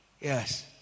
Yes